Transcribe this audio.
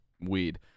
weed